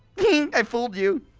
i fooled you!